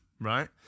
right